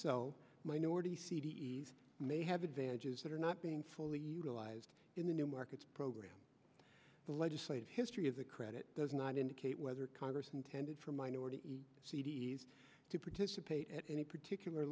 so minority c d s may have advantages that are not being fully utilized in the new markets program the legislative history of the credit does not indicate whether congress intended for minority c d s to participate at any particular